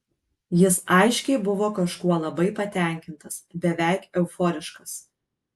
jis aiškiai buvo kažkuo labai patenkintas beveik euforiškas